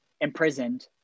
imprisoned